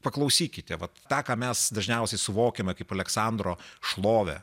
paklausykite vat tą ką mes dažniausiai suvokiame kaip aleksandro šlovę